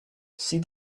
see